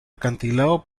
acantilado